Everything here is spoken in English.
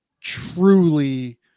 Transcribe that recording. truly